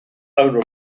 owner